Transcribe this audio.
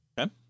Okay